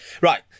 Right